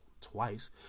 twice